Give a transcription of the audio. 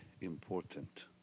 important